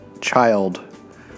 child